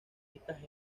estas